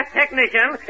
technician